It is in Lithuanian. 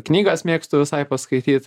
knygas mėgstu visai paskaityt